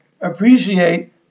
appreciate